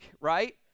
Right